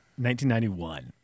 1991